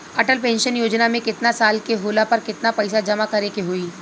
Atal pension Yojana मे केतना साल के होला पर केतना पईसा जमा करे के होई?